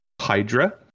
hydra